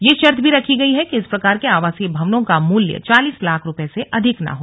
यह शर्त भी रखी गई है कि इस प्रकार के आवासीय भवनों का मूल्य चालीस लाख रुपये से अधिक न हो